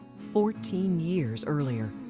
fourteen years earlier.